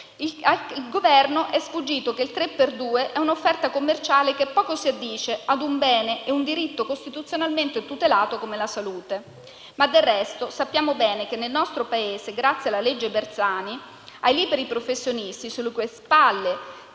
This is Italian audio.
al Governo è sfuggito che il "tre per due" è un'offerta commerciale che poco si addice ad un bene e un diritto costituzionalmente tutelato come la salute. Del resto, sappiamo bene che nel nostro Paese, grazie alla cosiddetta legge Bersani, ai liberi professionisti, sulle cui spalle